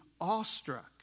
awestruck